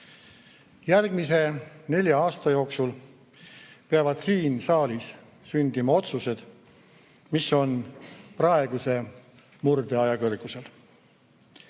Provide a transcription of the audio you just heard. Järgmise nelja aasta jooksul peavad siin saalis sündima otsused, mis on praeguse murdeaja kõrgusel. Valija